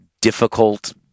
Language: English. difficult